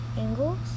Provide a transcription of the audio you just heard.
angles